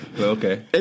Okay